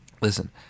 Listen